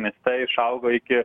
mieste išaugo iki